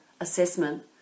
assessment